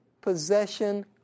possession